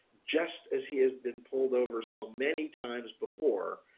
just as he has been pulled over so many times before,